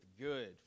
good